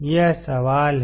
यह सवाल है